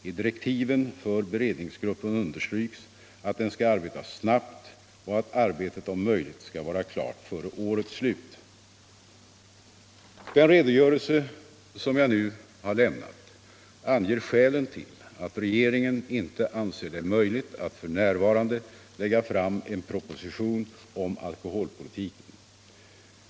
I direktiven för beredningsgruppen understryks att den skall arbeta snabbt och att arbetet om möjligt skall vara klart före årets slut. Den redogörelse som jag nu har lämnat anger skälen till att regeringen inte anser det möjligt att f.n. lägga fram en proposition om alkoholpolitiken.